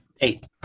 Eight